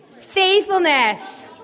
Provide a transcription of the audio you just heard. Faithfulness